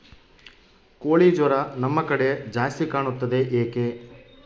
ಕೋಳಿ ಜ್ವರ ನಮ್ಮ ಕಡೆ ಜಾಸ್ತಿ ಕಾಣುತ್ತದೆ ಏಕೆ?